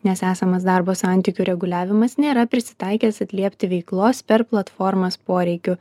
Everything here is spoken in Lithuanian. nes esamas darbo santykių reguliavimas nėra prisitaikęs atliepti veiklos per platformas poreikių